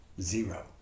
zero